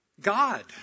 God